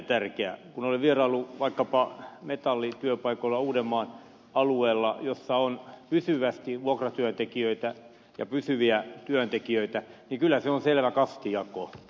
kun olen vieraillut vaikkapa metallityöpaikoilla uudenmaan alueella joilla on pysyvästi vuokratyöntekijöitä ja pysyviä työntekijöitä niin kyllä se on selvä kastijako